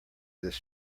this